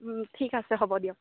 ঠিক আছে হ'ব দিয়ক